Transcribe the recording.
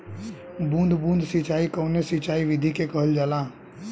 बूंद बूंद सिंचाई कवने सिंचाई विधि के कहल जाला?